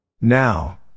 Now